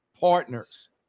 partners